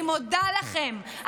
אני מודה לכם.